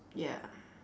ya